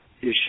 issue